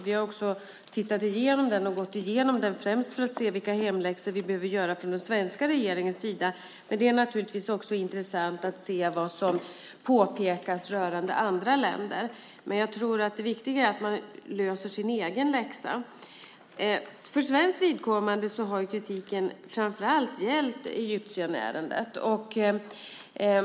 Vi har gått igenom den främst för att se vilka hemläxor vi behöver göra från den svenska regeringens sida. Det är naturligtvis också intressant att se vad som påpekas rörande andra länder. Men jag tror att det viktiga är att man gör sin egen läxa. För svenskt vidkommande har kritiken framför allt gällt egyptierärendet.